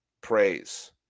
praise